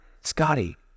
Scotty